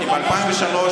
כי ב-2003,